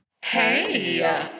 Hey